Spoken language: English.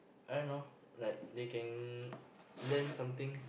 I don't know like they can learn something